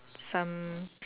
some